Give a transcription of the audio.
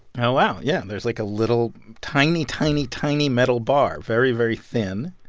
oh, wow, yeah. there's, like, a little tiny, tiny, tiny metal bar, very, very thin.